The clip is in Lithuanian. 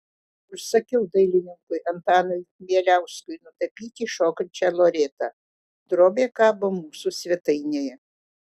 užsakiau dailininkui antanui kmieliauskui nutapyti šokančią loretą drobė kabo mūsų svetainėje